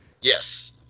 Yes